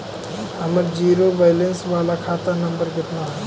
हमर zero balance बाला खाता नम्बर कितना है?